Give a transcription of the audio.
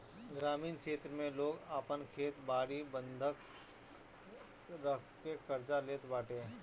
ग्रामीण क्षेत्र में लोग आपन खेत बारी बंधक रखके कर्जा लेत बाटे